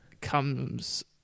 comes